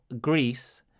Greece